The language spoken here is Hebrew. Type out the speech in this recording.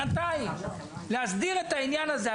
בינתיים להסדיר את העניין הזה.